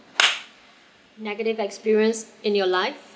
negative experience in your life